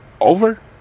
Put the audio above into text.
over